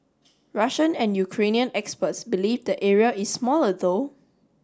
Russian and Ukrainian experts believe the area is smaller though